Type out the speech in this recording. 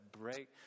break